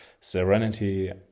serenity